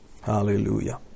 Hallelujah